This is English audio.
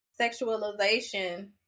sexualization